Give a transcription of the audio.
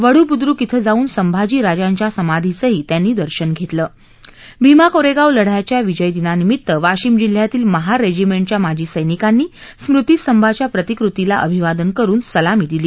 वढू बुद्रुक इथं जाऊन संभाजी राजांच्या समाधीचंही त्यांनी दर्शन घेतलं भीमा कोरेगाव लद्दयाच्या विजय दिना निमित्त वाशिम जिल्ह्यातील महार रेजिमेंडिया माजी सैनिकांनी स्मृति स्तंभांच्या प्रतिकृतीला अभिवादन करून सलामी दिली